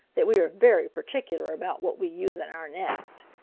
that we are very particular about what we use in our nest.